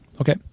Okay